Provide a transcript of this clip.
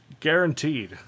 Guaranteed